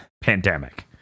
pandemic